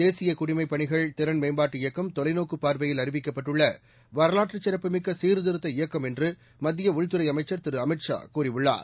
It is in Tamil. தேசிய குடிமைப் பணிகள் திறன் மேம்பாட்டு இயக்கம் தொலைநோக்கு பார்வையில் அறிவிக்கப்பட்டுள்ள வரவாற்றுச் சிறப்புமிக்க சீர்திருத்த இயக்கம் என்று மத்திய உள்துறை அமைச்சர் திரு அமித் ஷா கூறியுள்ளார்